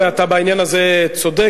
ואתה בעניין הזה צודק,